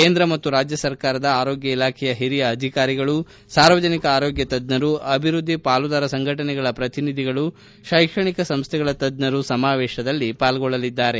ಕೇಂದ್ರ ಮತ್ತು ರಾಜ್ಯ ಸರ್ಕಾರದ ಆರೋಗ್ತ ಇಲಾಖೆಯ ಹಿರಿಯ ಅಧಿಕಾರಿಗಳು ಸಾರ್ವಜನಿಕ ಆರೋಗ್ತ ತಜ್ಜರು ಅಭಿವೃದ್ದಿ ಪಾಲುದಾರ ಸಂಘಟನೆಗಳ ಪ್ರತಿನಿಧಿಗಳು ಶ್ಲೆಕ್ಷಣಿಕ ಸಂಸ್ಟೆಗಳ ತಜ್ಞರು ಈ ಸಮಾವೇಶದಲ್ಲಿ ಪಾಲ್ಗೊಳ್ಳಲಿದ್ದಾರೆ